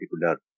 particular